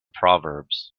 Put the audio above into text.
proverbs